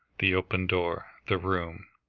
the open door, the room,